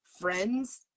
friends